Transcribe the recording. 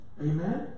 Amen